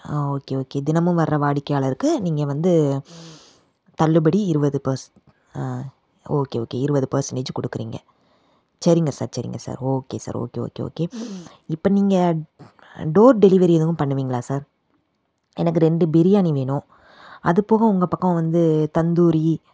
okay okay தினமும் வர்ற வாடிக்கையாளருக்கு நீங்கள் வந்து தள்ளுபடி இருபது பெர்சென்ட் ஓகே ஓகே இருபது பெர்சென்டேஜ் கொடுக்குறீங்க சரிங்க சார் சரிங்க sir okay sir okay okay okay இப்போ நீங்கள் டோர் டெலிவரி எதுவும் பண்ணுவீங்களா சார் எனக்கு ரெண்டு பிரியாணி வேணும் அது போக உங்கள் பக்கம் வந்து தந்தூரி